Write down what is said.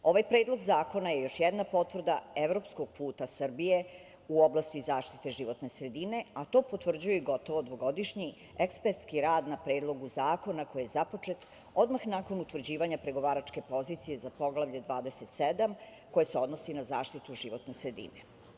Ovaj Predlog zakona je još jedna potvrda evropskog puta Srbije u oblasti zaštite životne sredine, a to potvrđuje gotovo dvogodišnji ekspertski rad na Predlogu zakona, koji je započet odmah nakon utvrđivanja pregovaračke pozicije za Poglavlje 27, koje se odnosi na zaštitu životne sredine.